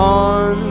on